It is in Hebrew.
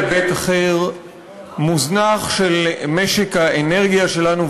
היבט אחר מוזנח של משק האנרגיה שלנו,